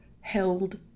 held